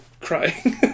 crying